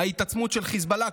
ההתעצמות של חיזבאללה,